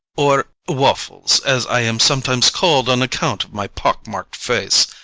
or waffles, as i am sometimes called on account of my pock-marked face.